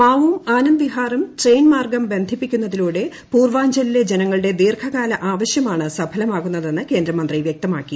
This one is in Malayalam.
മാവുവും ആനന്ദ് വിഹാറും ട്രെയിൻ മാർഗ്ഗം ബന്ധിപ്പിക്കുന്നതിലൂടെ പൂർവാഞ്ചലിലെ ജനങ്ങളുടെ ദീർഘകാല ആവശ്യമാണ് സഫലമാകുന്നതെന്ന് കേന്ദ്രമന്ത്രി വൃക്തമാക്കി